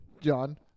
John